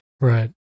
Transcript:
Right